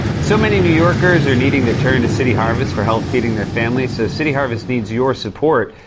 so many new yorkers are needing to turn to city harvest for help feeding their families, so city harvest needs your support.